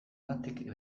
batek